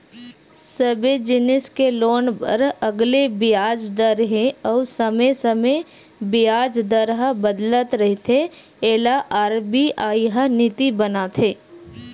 सबे जिनिस के लोन बर अलगे बियाज दर हे अउ समे समे बियाज दर ह बदलत रहिथे एला आर.बी.आई ह नीति बनाथे